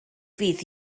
fydd